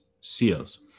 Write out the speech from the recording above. seals